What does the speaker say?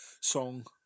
song